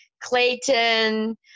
Clayton